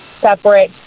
separate